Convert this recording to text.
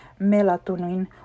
melatonin